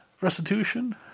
restitution